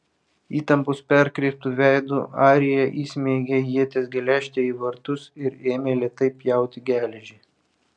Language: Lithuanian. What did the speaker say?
įtampos perkreiptu veidu arija įsmeigė ieties geležtę į vartus ir ėmė lėtai pjauti geležį